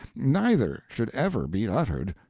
neither should ever be uttered.